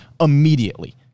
immediately